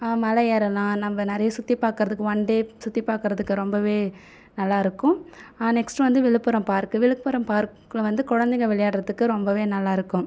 மலை ஏறலாம் நம்ம நிறைய சுற்றி பார்க்கறதுக்கு ஒன்டே சுற்றி பார்க்கறதுக்கு ரொம்பவே நல்லா இருக்கும் நெக்ஸ்ட்டு வந்து விழுப்புரம் பார்க்கு விழுப்புரம் பார்க்கில் வந்து குழந்தைகள் விளையாடறத்துக்கு ரொம்பவே நல்லா இருக்கும்